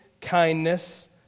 kindness